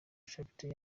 shakhtar